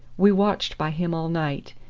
we watched by him all night,